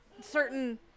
certain